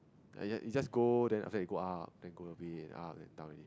ya it just go then after that it go up then go a bit up then down already